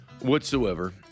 whatsoever